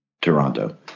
Toronto